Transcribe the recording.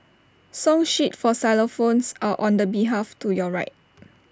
song sheets for xylophones are on the behalf to your right